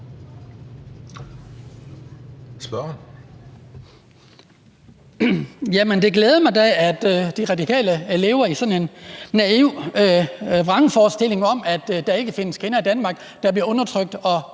det glæder mig da, at De Radikale lever i sådan en naiv vrangforestilling om, at der ikke findes kvinder i Danmark, der bliver undertrykt og